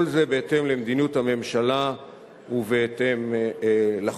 כל זה בהתאם למדיניות הממשלה ובהתאם לחוק.